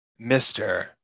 Mr